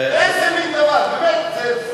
איזה מין דבר, באמת.